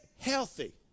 healthy